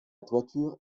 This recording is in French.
toiture